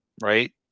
right